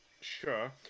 Sure